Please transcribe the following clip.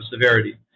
severity